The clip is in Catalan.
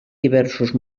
diversos